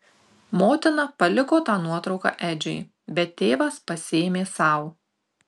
motina paliko tą nuotrauką edžiui bet tėvas pasiėmė sau